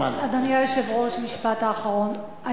היושב-ראש, משפט אחרון.